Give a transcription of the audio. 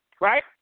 right